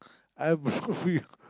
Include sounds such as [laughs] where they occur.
I [laughs]